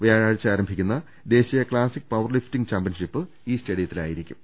വൃാഴാഴ്ച്ച ആരംഭിക്കുന്ന ദേശീയ classic power lifting championship ഈ സ്റ്റേഡിയത്തിലായിരിക്കും